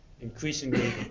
increasingly